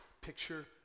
picture